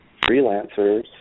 freelancers